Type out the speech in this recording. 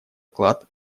вклад